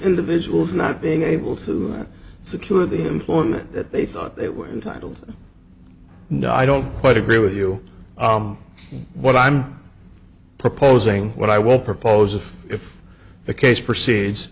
individuals not being able to secure the employment that they thought it was titled no i don't quite agree with you what i'm proposing what i will propose if the case proceeds